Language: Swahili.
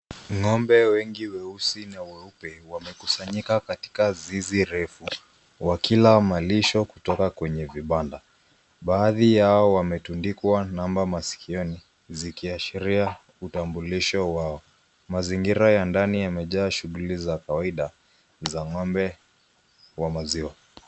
Ngombe wengi weusi na weupe wamekusanyika katika zizi refu wakila malisho kutoka kwenye vibanda .Baadhi yao wametundikwa namba maskioni, zikiashiria utambulisho wao. Mazingira ya ndani yamejaa shughuli za kawaida, za ngombe wa maziwa.